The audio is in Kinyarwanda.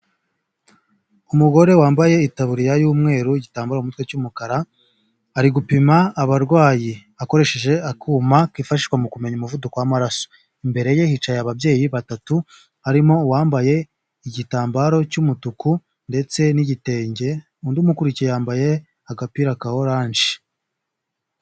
Umugore wambaye itaburiya y'umweru igitambaro mu mutwe cy'umukara ari gupima abarwayi akoresheje akuma kifashishwa mu kumenya umuvuduko w'amaraso, imbere ye hicaye ababyeyi batatu harimo uwambaye igitambaro cy'umutuku ndetse n'igitenge, undi umukurikiye yambaye agapira ka oranje.